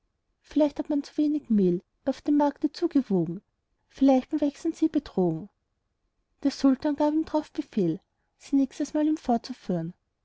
vielleicht hat man zu wenig mehl ihr auf dem markte zugewogen vielleicht beim wechseln sie betrogen der sultan gab ihm drauf befehl sie nächstesmal ihm vorzuführen